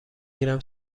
گیرم